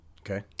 Okay